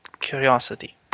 curiosity